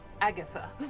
Agatha